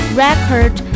record